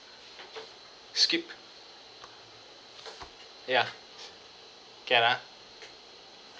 skip ya can ah